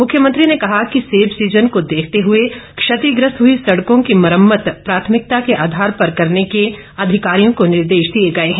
मुख्यमंत्री ने कहा कि सेब सीजन को देखते हुए क्षतिग्रस्त हुई सड़कों की मुरम्मत प्राथमिकता के आधार पर करने के अधिकारियों को निर्देश दिए गए हैं